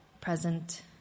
present